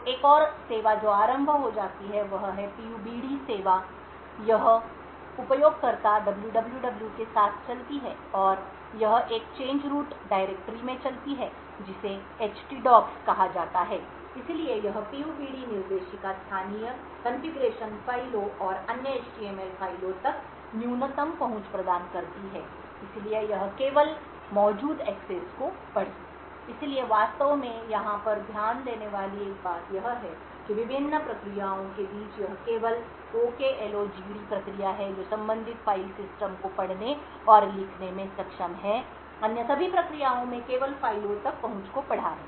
तो एक और सेवा जो आरंभ हो जाती है वह है PUBD सेवा यह उपयोगकर्ता www के साथ चलती है और यह एक change root डायरेक्टरी में चलती है जिसे ht डॉक्स कहा जाता है इसलिए यह PUBD निर्देशिका स्थानीय कॉन्फ़िगरेशन फ़ाइलों और अन्य HTML फ़ाइलों तक न्यूनतम पहुंच प्रदान करती है इसलिए यह केवल है केवल मौजूद एक्सेस को पढ़ें इसलिए वास्तव में यहाँ पर ध्यान देने वाली एक बात यह है कि विभिन्न प्रक्रियाओं के बीच यह केवल OKLOGD प्रक्रिया है जो संबंधित फाइल सिस्टम को पढ़ने और लिखने में सक्षम है अन्य सभी प्रक्रियाओं ने केवल फाइलों तक पहुंच को पढ़ा है